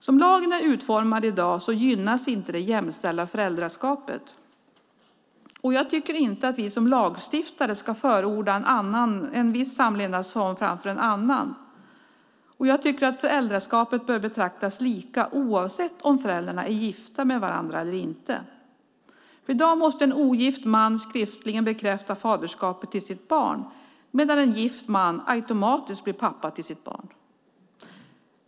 Som lagen är utformad i dag gynnas inte det jämställda föräldraskapet. Jag tycker inte att vi som lagstiftare ska förorda en viss samlevnadsform framför en annan. Jag tycker att föräldraskapet bör betraktas lika oavsett om föräldrarna är gifta med varandra. I dag måste en ogift man skriftligt bekräfta faderskapet till sitt barn medan en gift man automatiskt blir pappa.